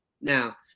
now